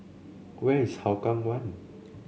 where is Hougang One